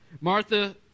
Martha